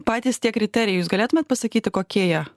patys tie kriterijai jūs galėtumėt pasakyti kokie jie